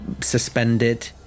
suspended